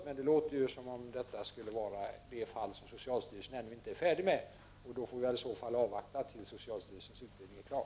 Men det låter som om detta skulle vara det fall som socialstyrelsen ännu inte är färdig med. I så fall får vi väl avvakta tills socialstyrelsens utredning är klar.